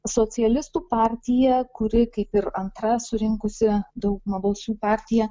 socialistų partija kuri kaip ir antra surinkusi daugumą balsų partija